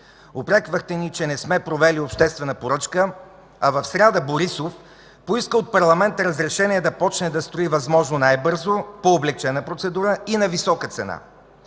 Упреквахте ни, че не сме провели обществена поръчка, а в сряда Борисов поиска разрешение от парламента да започне да строи възможно най-бързо, по облекчена процедура и на висока цена.